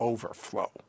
Overflow